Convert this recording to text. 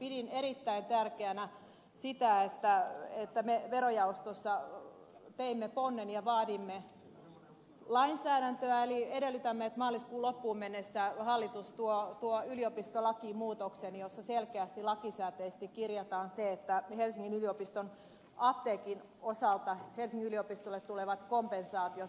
pidin erittäin tärkeänä sitä että me verojaostossa teimme ponnen ja vaadimme lainsäädäntöä eli edellytämme että maaliskuun loppuun mennessä hallitus tuo yliopistolakimuutoksen jossa selkeästi lakisääteisesti kirjataan se että helsingin yliopiston apteekin osalta helsingin yliopistolle tulevat kompensaatiot